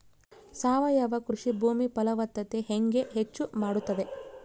ಸಾವಯವ ಕೃಷಿ ಭೂಮಿಯ ಫಲವತ್ತತೆ ಹೆಂಗೆ ಹೆಚ್ಚು ಮಾಡುತ್ತದೆ?